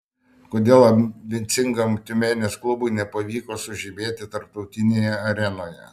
kodėl ambicingam tiumenės klubui nepavyko sužibėti tarptautinėje arenoje